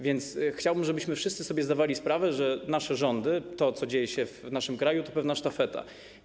Więc chciałbym, żebyśmy wszyscy zdawali sobie sprawę, że nasze rządy, to, co dzieje się w naszym kraju, to pewna sztafeta.